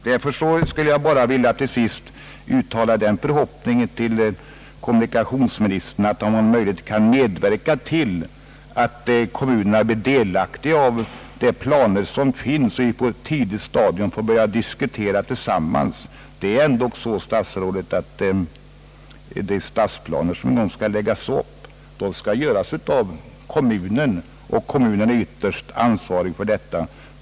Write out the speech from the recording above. Därför vill jag till sist bara uttala den förhoppningen att kommunikationsministern om möjligt medverkar till att kommunerna blir delaktiga av de planer som finns, så att vi på ett tidigt stadium får börja diskutera tillsammans. Det är ändå så, herr statsråd, att de stadsplaner som skall läggas upp skall göras av kommunen, och kommunen är ytterst ansvarig för detta arbete.